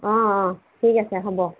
অঁ অঁ ঠিক আছে হ'ব